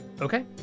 Okay